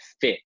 fit